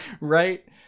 Right